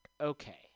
Okay